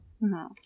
No